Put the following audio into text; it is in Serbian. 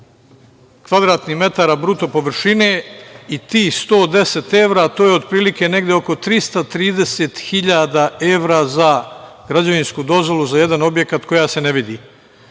metara bruto površine i tih 110 evra, to je otprilike negde oko 330.000 evra za građevinsku dozvolu za jedan objekat, koja se ne vidi. Ja